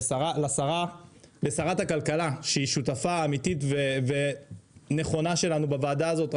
לשרת הכלכלה שהיא שותפה אמיתית ונכונה שלנו בוועדה הזאת.